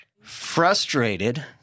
Frustrated